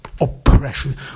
oppression